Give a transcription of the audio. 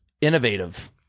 Innovative